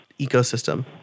ecosystem